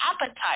appetite